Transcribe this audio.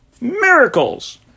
Miracles